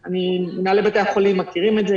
מנהלי בתי החולים מכירים את זה,